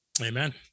Amen